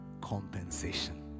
compensation